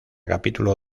capítulo